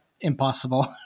impossible